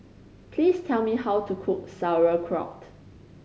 please tell me how to cook Sauerkraut